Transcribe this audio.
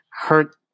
hurt